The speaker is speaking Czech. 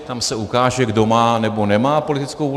Tam se ukáže, kdo má, nebo nemá politickou vůli.